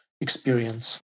experience